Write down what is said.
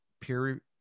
peer